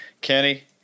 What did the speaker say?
Kenny